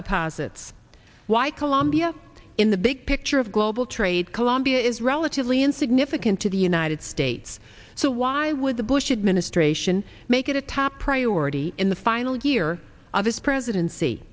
deposits why colombia in the big picture of global trade colombia is relatively insignificant to the united states so why would the bush administration can make it a top priority in the final year of his presidency